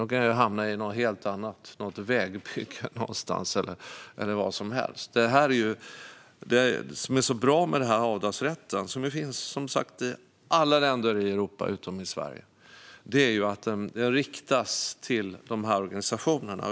De kan ju hamna i något helt annat, något vägbygge någonstans eller vad som helst. Det som är så bra med den här avdragsrätten, vilken som sagt finns i alla länder i Europa utom i Sverige, är att den riktas till dessa organisationer.